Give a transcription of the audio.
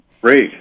Great